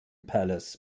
palace